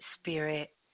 spirit